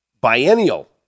biennial